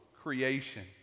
creation